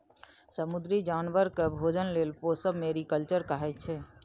समुद्री जानबर केँ भोजन लेल पोसब मेरीकल्चर कहाइ छै